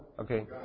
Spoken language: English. Okay